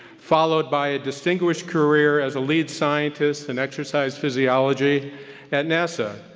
followed by a distinguished career as a lead scientist and exercise physiology at nasa,